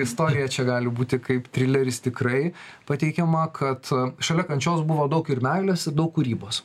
istorija čia gali būti kaip trileris tikrai pateikiama kad šalia kančios buvo daug ir meilės ir daug kūrybos